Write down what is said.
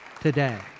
today